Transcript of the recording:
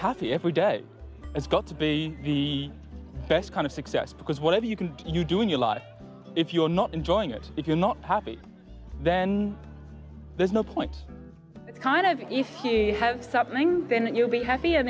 happy every day has got to be the best kind of success because whatever you can you do in your life if you're not enjoying it if you're not happy then there's no point it's kind of if you have something then you'll be happy and